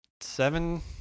seven